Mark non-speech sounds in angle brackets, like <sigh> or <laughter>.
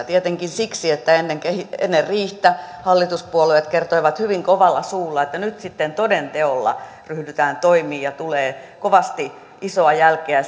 <unintelligible> tietenkin siksi että ennen riihtä hallituspuolueet kertoivat hyvin kovalla suulla että nyt sitten toden teolla ryhdytään toimiin ja tulee kovasti isoa jälkeä <unintelligible>